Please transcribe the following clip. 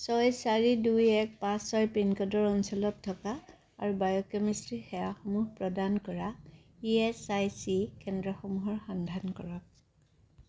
ছয় চাৰি দুই এক পাঁচ ছয় পিনক'ডৰ অঞ্চলত থকা আৰু বায়'কেমেষ্ট্ৰী সেৱাসমূহ প্ৰদান কৰা ই এছ আই চি কেন্দ্ৰসমূহৰ সন্ধান কৰক